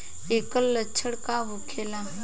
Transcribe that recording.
ऐकर लक्षण का होखेला?